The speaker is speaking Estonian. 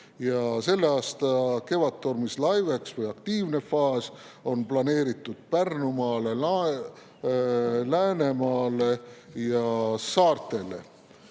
Selle aasta Kevadtormi LIVEX ehk aktiivne faas on planeeritud Pärnumaale, Läänemaale ja saartele.